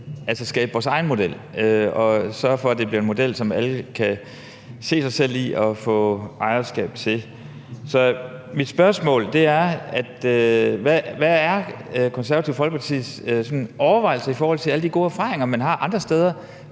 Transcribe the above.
at skabe vores egen model og sørge for, at det bliver en model, som alle kan se sig selv i og få ejerskab til. Så mit spørgsmål er: Hvad er Det Konservative Folkepartis overvejelser i forhold til alle de gode erfaringer med borgerting,